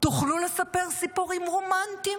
תוכלו לספר סיפורים רומנטיים